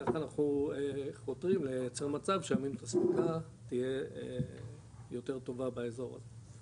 ככה אנחנו חותרים לייצר מצב שהאספקה תהיה יותר טובה באזור הזה.